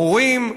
מורים,